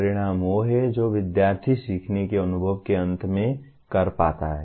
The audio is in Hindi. परिणाम वह है जो विद्यार्थी सीखने के अनुभव के अंत में कर पाता है